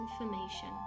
information